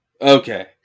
Okay